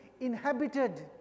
inhabited